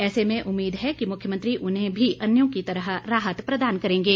ऐसे में उम्मीद है कि मुख्यमंत्री उन्हें भी अन्यों की तरह राहत प्रदान करेंगे